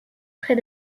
près